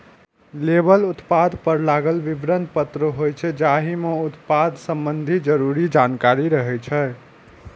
label उत्पाद पर लागल विवरण पत्र होइ छै, जाहि मे उत्पाद संबंधी जरूरी जानकारी रहै छै